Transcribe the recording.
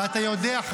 ואתה יודע,